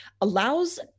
allows